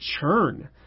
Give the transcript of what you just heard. churn